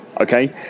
okay